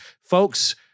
folks